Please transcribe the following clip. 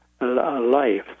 life